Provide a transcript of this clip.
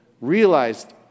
realized